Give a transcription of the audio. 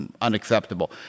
unacceptable